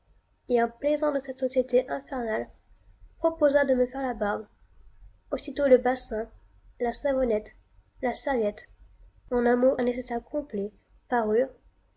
et un plaisant de cette société infernale proposa de me faire la barbe aussi tôt le bassin la savonnette la serviette en un mot un nécessaire complet parurent